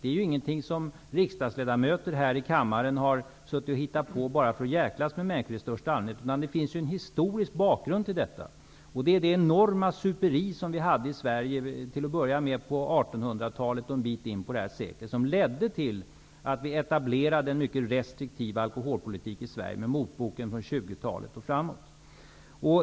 Denna är inget som riksdagsledamöter här i kammaren har hittat på bara för att i största allmänhet jäklas med människor, utan den har en historisk bakgrund. Jag tänker på det enorma superi som vi hade i Sverige, till att börja med på 1800-talet men även ett stycke in på detta sekel, och som ledde till att vi etablerade en mycket restriktiv alkoholpolitik i Sverige, med motboken från 1917 och framåt.